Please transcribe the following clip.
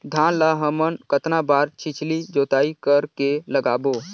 धान ला हमन कतना बार छिछली जोताई कर के लगाबो?